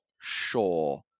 sure